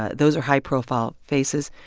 ah those are high-profile faces.